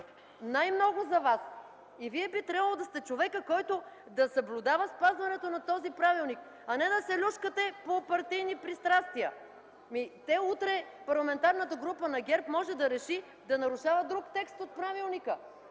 Най-много за Вас! Вие би трябвало да сте човекът, който да съблюдава спазването на този правилник, а не да се люшкате по партийни пристрастия! Утре Парламентарната група на ГЕРБ може да реши да нарушава друг текст от правилника!